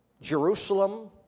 Jerusalem